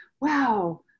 wow